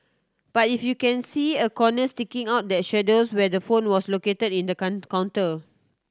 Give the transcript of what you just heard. but if you can see a corner sticking out that shadows where the phone was located in the counter